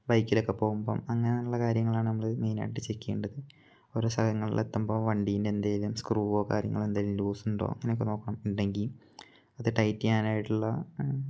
ബൈക്കിലൊക്കെ പോവുമ്പം അങ്ങനെയുള്ള കാര്യങ്ങളാണ് നമ്മൾ മെയിനായിട്ട് ചെക്ക് ചെയ്യേണ്ടത് ഓരോ സഥലങ്ങളിൽ എത്തുമ്പോൾ വണ്ടിൻ്റെ എന്തെങ്കിലും സ്ക്രൂവോ കാര്യങ്ങളോ എന്തെങ്കിലും ലൂസുണ്ടോ അങ്ങനെയൊക്കെ നോക്കണം ഉണ്ടെങ്കിൽ അത് ടൈറ്റ് ചെയ്യാനായിട്ടുള്ള